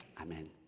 Amen